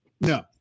No